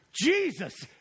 Jesus